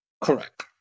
Correct